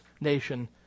nation